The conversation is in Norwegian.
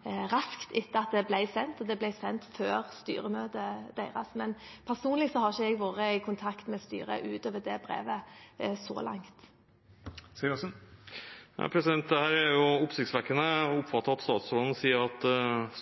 etter at det ble sendt. Det ble sendt før styremøtet deres. Personlig har jeg ikke vært i kontakt med styret utover det brevet, så langt. Dette er oppsiktsvekkende. Jeg oppfatter at statsråden sier at